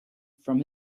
from